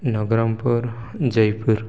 Nabarangpur Jaipur